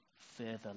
Further